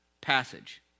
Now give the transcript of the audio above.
passage